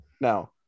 no